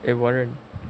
eh warren